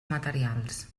materials